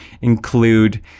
include